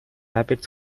rabbit